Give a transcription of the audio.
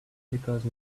because